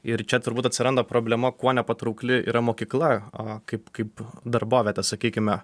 ir čia turbūt atsiranda problema kuo nepatraukli yra mokykla a kaip kaip darbovietė sakykime